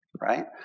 right